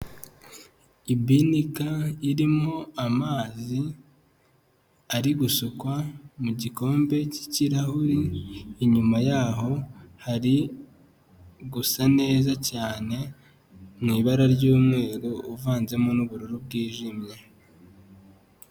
Ibinika irimo amazi ari gusukwa mu gikombe cy'ikirahuri, inyuma yaho hari gusa neza cyane mu ibara ry'umweru uvanzemo n'ubururu bwijimye.